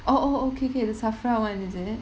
oh oh okay okay the SAFRA [one] is it